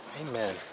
Amen